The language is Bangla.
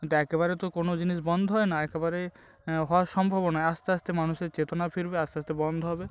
কিন্তু একবারে তো কোনো জিনিস বন্ধ হয় না একবারে হওয়া সম্ভবও নয় আস্তে আস্তে মানুষের চেতনা ফিরবে আস্তে আস্তে বন্ধ হবে